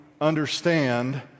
understand